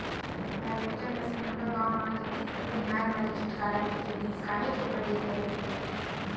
harvester machine हमरो गाँव म आ जातिस त बनिहार मन ले छुटकारा मिल जातिस काहेच के पदई करे बर लगथे